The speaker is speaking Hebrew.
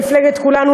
במפלגת כולנו,